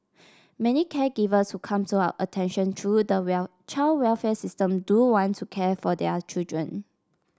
many caregivers who come to our attention through the will child welfare system do want to care for their children